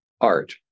art